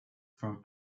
from